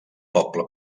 poble